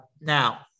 Now